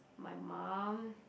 my mum